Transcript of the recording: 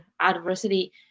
adversity